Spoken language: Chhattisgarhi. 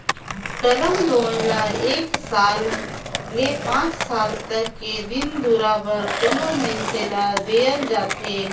टर्म लोन ल एक साल ले पांच साल तक के दिन दुरा बर कोनो मइनसे ल देहल जाथे